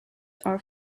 are